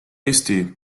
eesti